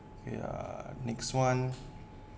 ya next one